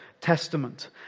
Testament